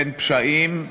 בין פשעים,